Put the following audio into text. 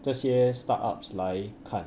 这些 start ups 来看